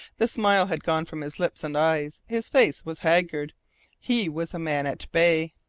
the smile had gone from his lips and eyes. his face was haggard he was a man at bay.